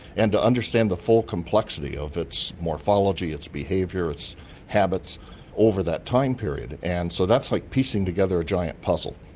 and to understand the full complexity of its morphology, its behaviour, its habits over that time period. and so that's like piecing together a giant puzzle,